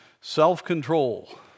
Self-control